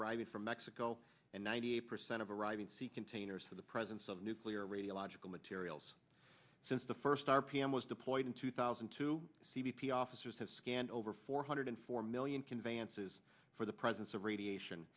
arriving from mexico and ninety eight percent of arriving c containers for the presence of nuclear radiological materials since the first r p m was deployed in two thousand two c b p officers have scanned over four hundred four million conveyances for the presence of radiation